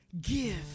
give